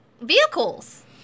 vehicles